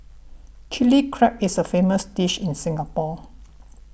Chilli Crab is a famous dish in Singapore